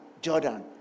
Jordan